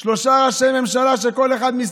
וכל אחד מושך לכיוון שלו.